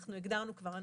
הגדרנו כבר.